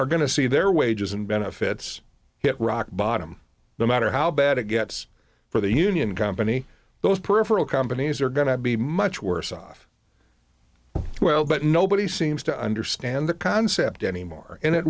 are going to see their wages and benefits hit rock bottom no matter how bad it gets for the union company those peripheral companies are going to be much worse off well but nobody seems to understand the concept anymore and it